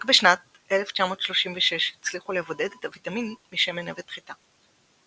רק בשנת 1936 הצליחו לבודד את הוויטמין משמן נבט חיטה.